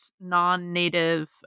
non-native